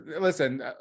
Listen